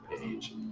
page